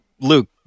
luke